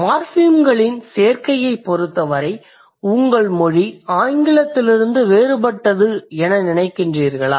மார்ஃபிம்களின் சேர்க்கையைப் பொருத்தவரை உங்கள் மொழி ஆங்கிலத்திலிருந்து வேறுபட்டது என நினைக்கிறீர்களா